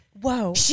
whoa